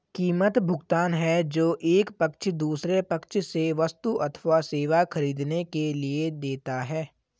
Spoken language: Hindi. कीमत, भुगतान है जो एक पक्ष दूसरे पक्ष से वस्तु अथवा सेवा ख़रीदने के लिए देता है